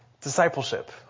discipleship